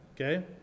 Okay